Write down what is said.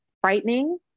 frightening